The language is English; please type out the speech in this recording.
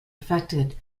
affected